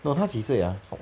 no 他几岁 ah